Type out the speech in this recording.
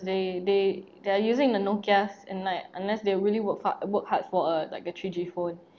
they they they are using the nokias and like unless they really work hard work hard for a like a three-g phone